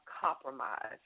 compromise